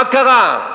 מה קרה?